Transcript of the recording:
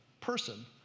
person